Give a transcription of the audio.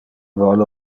vole